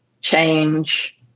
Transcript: change